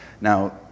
now